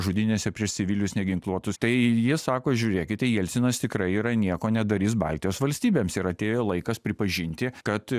žudynėse prieš civilius neginkluotus tai jis sako žiūrėkite jelcinas tikrai yra nieko nedarys baltijos valstybėms ir atėjo laikas pripažinti kad